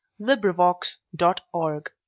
Librivox.org